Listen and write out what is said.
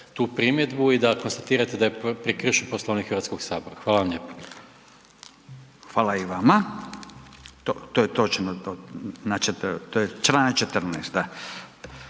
tu primjedbu i da konstatirate da je prekršen Poslovnik Hrvatskog sabora. Hvala vam lijepo. **Radin, Furio (Nezavisni)** Hvala i vama. To je točno, to je Članak 14.,